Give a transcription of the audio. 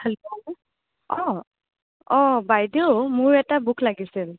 hello অঁ অঁ বাইদেউ মোৰ এটা বুক লাগিছিল